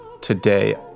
today